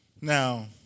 Now